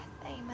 Amen